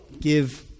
give